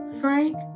Frank